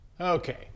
Okay